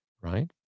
Right